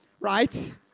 right